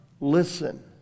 Listen